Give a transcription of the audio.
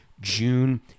June